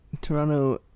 Toronto